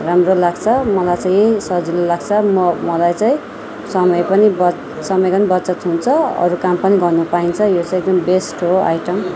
राम्रो लाग्छ मलाई चाहिँ सजिलो लाग्छ म मलाई चाहिँ समय पनि बच समयको नि बचत हुन्छ अरू काम पनि गर्न पाइन्छ यो चाहिँ बेस्ट हो आइटम